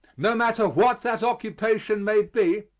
no matter what that occupation may be,